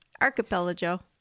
Archipelago